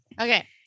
Okay